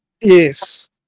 Yes